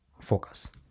focus